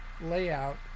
layout